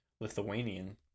Lithuanian